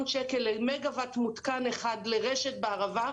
שקלים למגה וואט מותקן אחד לרשת בערבה,